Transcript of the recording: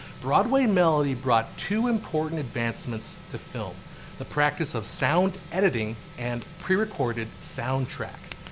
broadway melody brought two important advancements to film the practice of sound editing and pre recorded sound track.